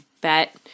bet